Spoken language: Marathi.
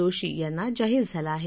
जोशी यांना जाहीर झाला आहे